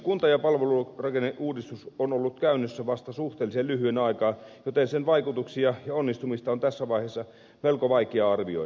kunta ja palvelurakenneuudistus on ollut käynnissä vasta suhteellisen lyhyen aikaa joten sen vaikutuksia ja onnistumista on tässä vaiheessa melko vaikea arvioida